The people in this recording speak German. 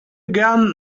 gern